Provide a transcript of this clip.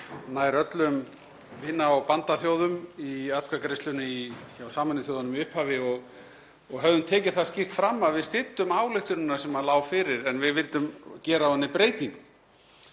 nær öllum vina- og bandaþjóðum í atkvæðagreiðslunni hjá Sameinuðu þjóðunum í upphafi og höfðum tekið það skýrt fram að við styddum ályktunina sem lá fyrir en við vildum gera á henni breytingu.